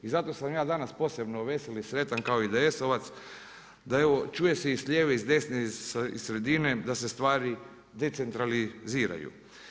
I zato sam ja danas posebno vesel i sretan kao IDS-ovac da je ovo čuje se i s lijeve i s desne iz sredine da se stvari decentraliziraju.